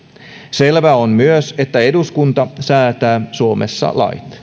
selvää on myös että eduskunta säätää suomessa